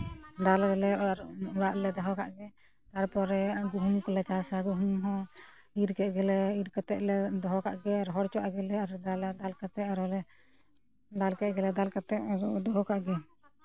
ᱫᱟᱞ ᱟᱞᱮ ᱟᱨ ᱚᱲᱟᱜ ᱨᱮᱞᱮ ᱫᱚᱦᱚ ᱠᱟᱜ ᱜᱮ ᱛᱟᱨᱯᱚᱨᱮ ᱜᱩᱦᱩᱢ ᱠᱚᱞᱮ ᱪᱟᱥᱼᱟ ᱜᱩᱦᱩᱢ ᱦᱚᱸ ᱤᱨ ᱠᱮᱜ ᱜᱮᱞᱮ ᱤᱨ ᱠᱟᱛᱮᱜᱞᱮ ᱫᱚᱦᱚ ᱠᱟᱜ ᱜᱮ ᱨᱚᱦᱚᱲ ᱦᱚᱪᱚᱣᱟᱜ ᱜᱮᱞᱮ ᱟᱨᱞᱮ ᱫᱟᱞᱼᱟ ᱫᱟᱞ ᱠᱟᱛᱮ ᱟᱨᱚᱞᱮ ᱫᱟᱞᱠᱮᱜ ᱜᱮ ᱫᱟᱞ ᱠᱟᱛᱮ ᱫᱚᱦᱚ ᱠᱟᱜ ᱜᱮ